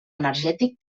energètic